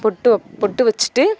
பொட்டு வப் பொட்டு வச்சிவிட்டு